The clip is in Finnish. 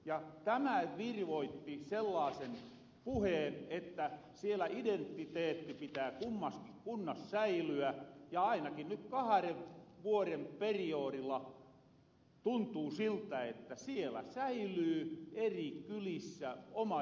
ja tämä virvoitti sellaasen puheen että siellä identiteetti pitää kummaskin kunnas säilyä ja ainakin ny kaharen vuoren periodilla tuntuu siltä että siellä säilyy eri kylissä oma identiteetti ja vireys